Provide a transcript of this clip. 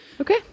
Okay